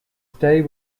stay